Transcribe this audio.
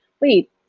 wait